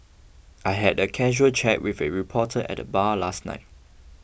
I had a casual chat with a reporter at the bar last night